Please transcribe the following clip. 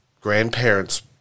grandparents